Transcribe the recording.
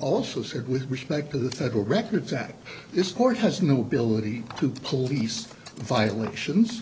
also said with respect to the federal records that this court has no ability to police violent actions